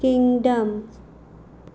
kingdom